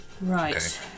right